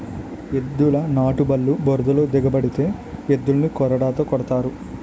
ఎద్దుల నాటుబల్లు బురదలో దిగబడితే ఎద్దులని కొరడాతో కొడతారు